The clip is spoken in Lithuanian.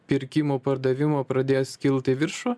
pirkimu pardavimu pradės kilt į viršų